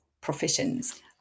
professions